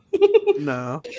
No